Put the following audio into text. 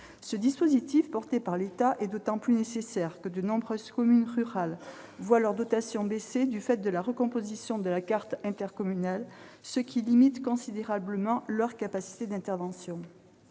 Ce dispositif porté par l'État est d'autant plus nécessaire que de nombreuses communes rurales voient leurs dotations baisser du fait de la recomposition de la carte intercommunale, ce qui limite considérablement leur capacité d'intervention.